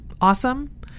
Awesome